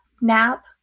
nap